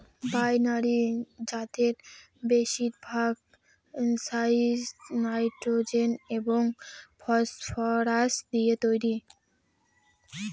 binary জাতের বেশিরভাগ সারই নাইট্রোজেন এবং ফসফরাস দিয়ে তৈরি